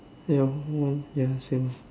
ya ya ya same